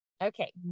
okay